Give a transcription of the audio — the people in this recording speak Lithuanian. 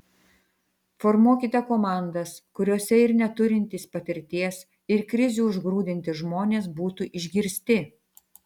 formuokite komandas kuriose ir neturintys patirties ir krizių užgrūdinti žmonės būtų išgirsti